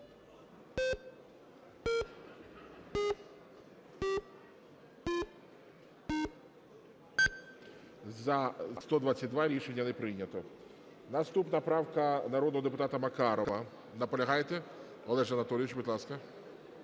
За-122 Рішення не прийнято. Наступна правка - народного депутата Макарова. Наполягаєте? Олеже Анатолійовичу, будь ласка.